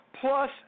Plus